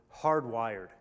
hardwired